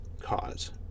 cause